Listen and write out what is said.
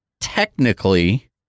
technically